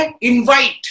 invite